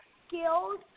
skills